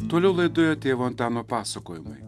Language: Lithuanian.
toliau laidoje tėvo antano pasakojimai